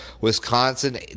Wisconsin